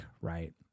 right